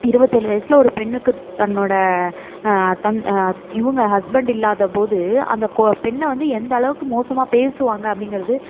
இருவத்தேழு வயதில் ஒரு பெண்ணுக்குத் தன்னோடய தன் இவங்க ஹஸ்பெண்ட் இல்லாத போது அந்த கொ பெண்ணை வந்து எந்தளவுக்கு மோசமாக பேசுவாங்க அப்படிங்கிறது